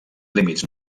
límits